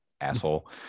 asshole